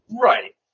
Right